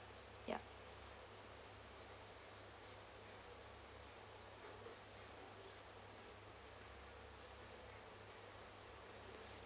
ya